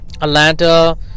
Atlanta